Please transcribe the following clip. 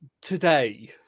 today